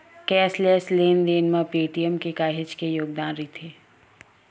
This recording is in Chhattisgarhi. कैसलेस लेन देन म पेटीएम के काहेच के योगदान रईथ